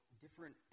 different